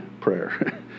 prayer